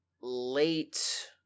late